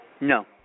No